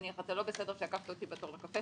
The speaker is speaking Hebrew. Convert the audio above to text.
אתה לא בסדר שעקפת אותי בקפה,